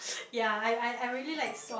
ya I I I really like salt